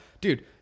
Dude